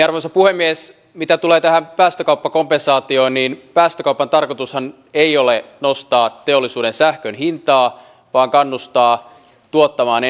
arvoisa puhemies mitä tulee tähän päästökauppakompensaatioon niin päästökaupan tarkoitushan ei ole nostaa teollisuuden sähkön hintaa vaan kannustaa tuottamaan